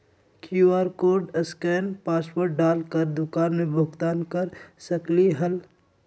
QR code scan password डाल कर दुकान में भुगतान कर सकलीहल?